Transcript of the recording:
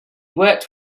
worked